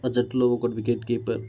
ఆ జట్టులో ఒకటి వికెట్ కీపర్